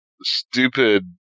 stupid